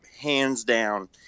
hands-down